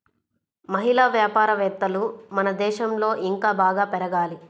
మహిళా వ్యాపారవేత్తలు మన దేశంలో ఇంకా బాగా పెరగాలి